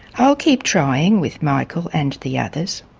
i'll keep trying with michael and the others.